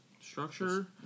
Structure